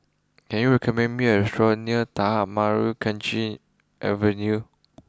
can you recommend me a restaurant near Tanah Merah Kechil Avenue